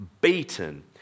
beaten